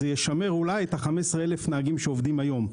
זה ישמר אולי את 15,000 הנהגים שעובדים היום,